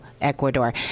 Ecuador